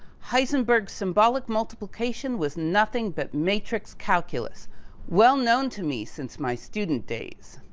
heisenberg symbolic multiplication was nothing but matrix calculus well known to me since my student days.